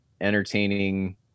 entertaining